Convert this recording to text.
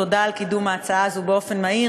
תודה על קידום ההצעה הזאת במהירות,